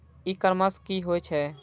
ई commerce की होय छेय?